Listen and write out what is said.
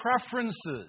preferences